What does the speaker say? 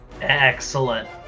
Excellent